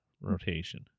rotation